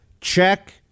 Check